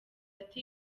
ati